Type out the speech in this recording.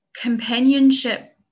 companionship